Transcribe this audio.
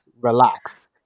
relax